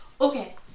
Okay